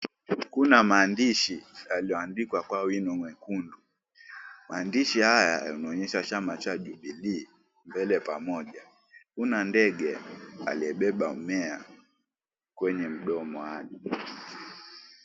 Kuna maandishi yalioandikwa kwa wino mwekundu. Maandishi haya yanaonyesha chama cha Jubilee Mbele Pamoja. Kuna ndege aliyebeba mmea kwenye mdomo wake.